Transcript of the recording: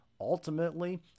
ultimately